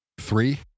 Three